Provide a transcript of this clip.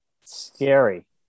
Scary